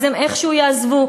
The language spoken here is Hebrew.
הם איכשהו יעזבו.